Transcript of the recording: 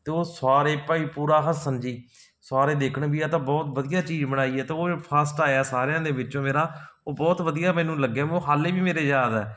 ਅਤੇ ਉਹ ਸਾਰੇ ਭਾਈ ਪੂਰਾ ਹੱਸਣ ਜੀ ਸਾਰੇ ਦੇਖਣ ਵੀ ਇਹ ਤਾਂ ਬਹੁਤ ਵਧੀਆ ਚੀਜ਼ ਬਣਾਈ ਹੈ ਅਤੇ ਉਹ ਫਸਟ ਆਇਆ ਸਾਰਿਆਂ ਦੇ ਵਿੱਚੋਂ ਮੇਰਾ ਉਹ ਬਹੁਤ ਵਧੀਆ ਮੈਨੂੰ ਲੱਗਿਆ ਉਹ ਹਾਲੇ ਵੀ ਮੇਰੇ ਯਾਦ ਆ